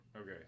Okay